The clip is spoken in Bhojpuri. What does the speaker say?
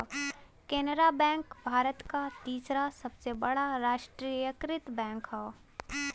केनरा बैंक भारत क तीसरा सबसे बड़ा राष्ट्रीयकृत बैंक हौ